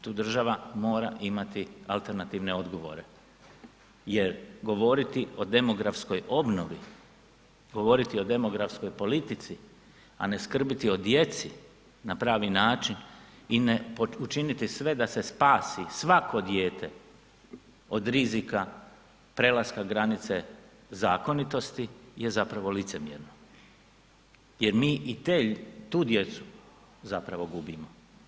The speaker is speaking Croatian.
Tu država mora imati alternativne odgovore jer govoriti o demografskoj obnovi, govoriti o demografskoj politici, a ne skrbiti o djeci na pravi način i ne učiniti sve da se spasi svako dijete od rizika prelaska granice zakonitosti je zapravo licemjerno jer mi i tu djecu zapravo gubimo.